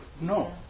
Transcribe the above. No